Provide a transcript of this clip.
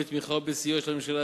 בתמיכה ובסיוע של הממשלה,